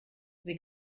sie